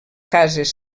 cases